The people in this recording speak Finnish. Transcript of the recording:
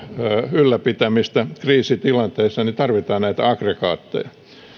ylläpitämisessä kriisitilanteissa tarvitaan aggregaatteja